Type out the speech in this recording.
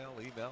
email